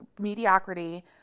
mediocrity